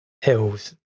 hills